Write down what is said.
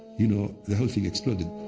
you know, the whole thing exploded.